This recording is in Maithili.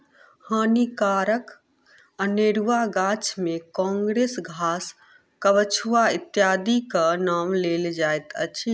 हानिकारक अनेरुआ गाछ मे काँग्रेस घास, कबछुआ इत्यादिक नाम लेल जाइत अछि